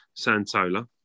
Santola